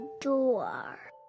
door